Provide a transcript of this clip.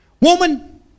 Woman